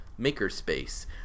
Makerspace